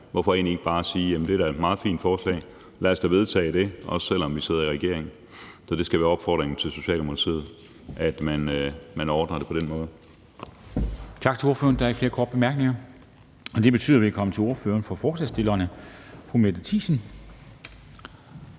Hvorfor egentlig ikke bare sige, at det da er et meget fint forslag, og lad os da vedtage det, også selv om vi sidder i regering? Så det skal være opfordringen til Socialdemokratiet, at man ordner det på den måde. Kl. 14:44 Formanden (Henrik Dam Kristensen): Tak til ordføreren. Der er ikke flere korte bemærkninger. Det betyder, at vi er kommet til ordføreren for forslagsstillerne, fru Mette Thiesen,